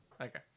okay